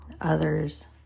others